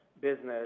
business